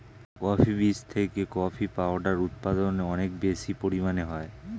coffee বীজ থেকে coffee powder উৎপাদন অনেক বেশি পরিমাণে হয়